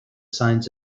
signs